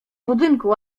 budynku